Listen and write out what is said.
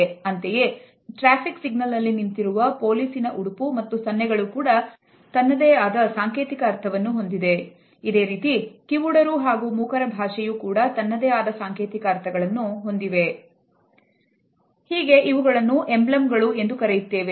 ಅಂದರೆ ಪ್ರಜ್ಞಾಪೂರ್ವಕ ಮತ್ತು ಪ್ರಜ್ಞರಹಿತ ಇವೆರಡರ ಮೂಲಕ ಸಂದೇಶವು ವ್ಯಕ್ತವಾಗುತ್ತದೆ